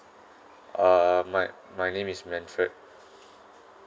uh my my name is manfred